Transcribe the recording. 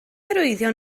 arwyddion